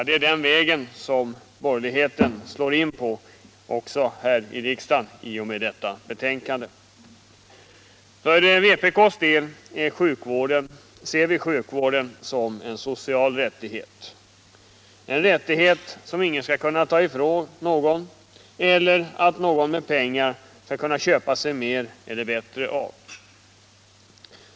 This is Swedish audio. Det är den vägen som borgerligheten slår in på också här i riksdagen i och med detta betänkande. För vpk:s del ser vi sjukvården som en social rättighet — en rättighet som ingen skall kunna ta ifrån någon och som ingen med pengar skall kunna köpa sig mer eller bättre av.